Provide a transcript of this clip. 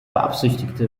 beabsichtigte